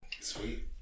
Sweet